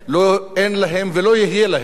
אין להם ולא יהיה להם,